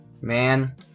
Man